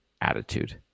attitude